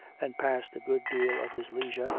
and passed a good deal of his leisure,